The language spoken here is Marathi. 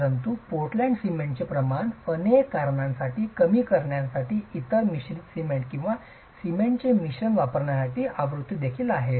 परंतु पोर्टलँड सिमेंटचे प्रमाण अनेक कारणांसाठी कमी करण्यासाठी इतर मिश्रित सिमेंट किंवा सिमेंटचे मिश्रण वापरण्याची प्रवृत्ती देखील आहे